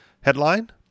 Headline